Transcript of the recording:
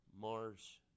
Mars